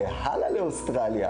כמה שזה הומוריסטי וכמה שזה לא מציאותי.